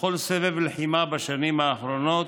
ובכל סבב לחימה בשנים האחרונות